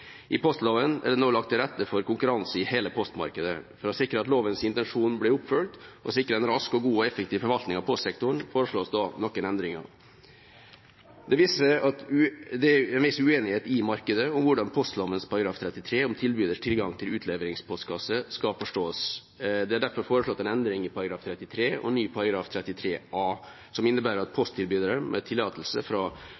I postloven er det nå lagt til rette for konkurranse i hele postmarkedet. For å sikre at lovens intensjon blir oppfylt og sikre en rask, god og effektiv forvaltning av postsektoren foreslås det noen endringer. Det viser seg at det er en viss uenighet i markedet om hvordan postlovens § 33 om tilbyders tilgang til utleveringspostkasse skal forstås. Det er derfor foreslått en endring i § 33 og ny § 33a som innebærer at